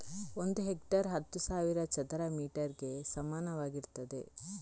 ಒಂದು ಹೆಕ್ಟೇರ್ ಹತ್ತು ಸಾವಿರ ಚದರ ಮೀಟರ್ ಗೆ ಸಮಾನವಾಗಿರ್ತದೆ